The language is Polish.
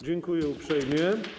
Dziękuję uprzejmie.